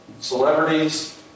celebrities